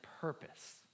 purpose